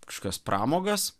kažkokias pramogas